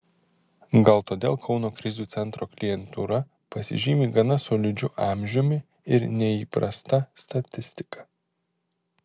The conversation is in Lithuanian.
gal todėl kauno krizių centro klientūra pasižymi gana solidžiu amžiumi ir neįprasta statistika